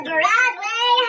Broadway